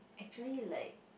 actually like